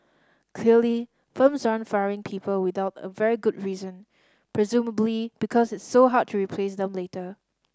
clearly firms aren't firing people without a very good reason presumably because it's so hard to replace them later